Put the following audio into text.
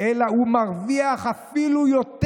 אלא הוא מרוויח אפילו יותר.